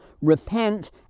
repent